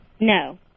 No